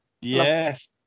yes